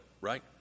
right